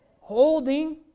Holding